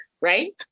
Right